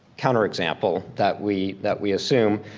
counter-example that we that we assume.